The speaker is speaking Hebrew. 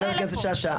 חברת הכנסת שאשא,